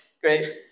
great